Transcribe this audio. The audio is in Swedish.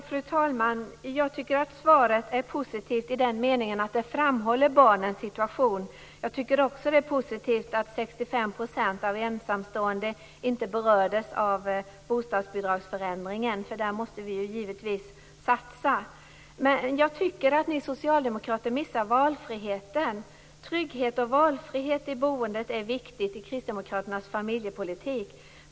Fru talman! Jag tycker att svaret är positivt i den meningen att det framhåller barnens situation. Jag tycker också att det är positivt att 65 % inte berördes av förändringen av bostadsbidragen, för där måste vi givetvis satsa. Men jag tycker att ni socialdemokrater missar valfriheten. Trygghet och valfrihet i boendet är viktigt i Kristdemokraternas familjepolitik.